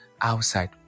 outside